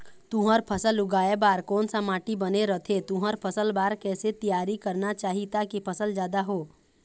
तुंहर फसल उगाए बार कोन सा माटी बने रथे तुंहर फसल बार कैसे तियारी करना चाही ताकि फसल जादा हो?